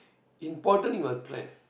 important you must plan